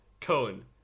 Cohen